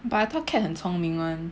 but I thought cat 很聪明 [one]